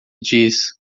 diz